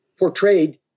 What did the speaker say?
Portrayed